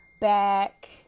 back